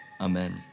amen